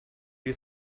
you